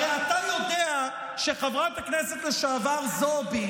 הרי אתה יודע שחברת הכנסת לשעבר זועבי